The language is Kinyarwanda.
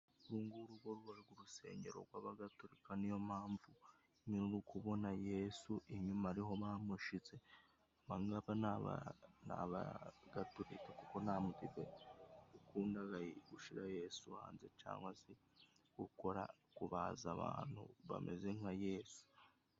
Urunguru rwo rubaga urusengero rw'Abagatorika, ni yo mpamvu muri kubona Yesu inyuma ari ho bamushize. Abangaba ni Abagaturika kuko nta mudive ukundaga gushira Yesu hanze cangwa se gukora, kubaza abantu bameze nka Yesu.